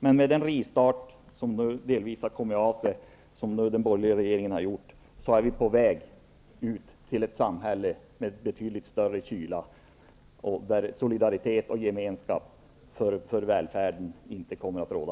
Men med den rivstart som den borgerliga regeringen har gjort -- och som nu delvis har kommit av sig -- är vi på väg till ett samhälle med betydligt större kyla, där solidaritet och gemenskap för välfärden inte längre kommer att råda.